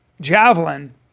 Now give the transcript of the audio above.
javelin